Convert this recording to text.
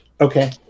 Okay